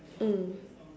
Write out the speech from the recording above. mm